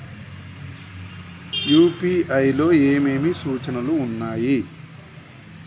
UPI లో ఏమేమి సూచనలు ఉన్నాయి?